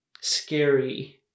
scary